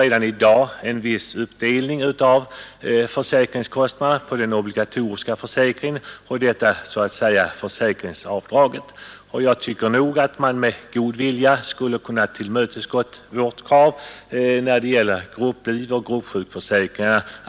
Redan i dag sker en uppdelning av försäkringskostnaderna i skattehänseende mellan avgifter till den obligatoriska sjukförsäkringen och premierna för andra försäkringar. Jag tycker nog att utskottsmajoriteten med god vilja hade kunnat tillmötesgå vårt krav när det gäller grupplivoch gruppsjukförsäkringarna.